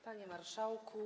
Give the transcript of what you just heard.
Panie Marszałku!